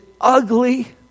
ugly